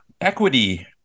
equity